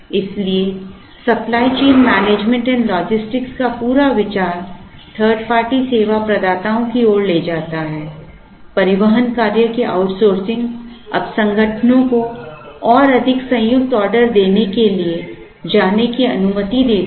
इसलिए supply chain management and logistic का पूरा विचार 3rd पार्टी सेवा प्रदाताओं की ओर ले जाता है परिवहन कार्य की आउटसोर्सिंग अब संगठनों को और अधिक संयुक्त ऑर्डर देने के लिए जाने की अनुमति देता है